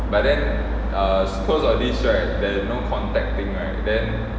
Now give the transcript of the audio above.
but then err cause of this right there's no contact thing right then